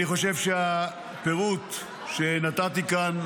אני חושב שהפירוט שנתתי כאן,